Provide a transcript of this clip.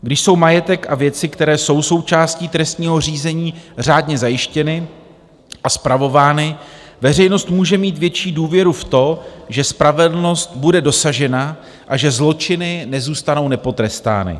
Když jsou majetek a věci, které jsou součástí trestního řízení, řádně zajištěny a spravovány, veřejnost může mít větší důvěru v to, že spravedlnost bude dosažena a že zločiny nezůstanou nepotrestány.